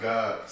God